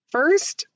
First